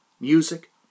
music